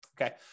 okay